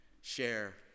Share